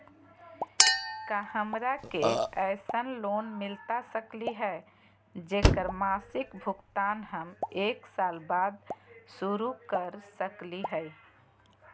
का हमरा के ऐसन लोन मिलता सकली है, जेकर मासिक भुगतान हम एक साल बाद शुरू कर सकली हई?